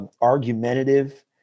argumentative